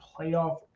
playoff